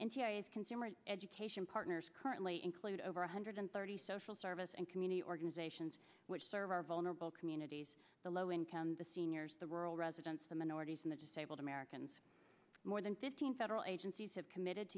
as consumer education partners currently include over one hundred thirty social service and community organizations which serve are vulnerable communities the low income the seniors the rural residents the minorities and the disabled americans more than fifteen federal agencies have committed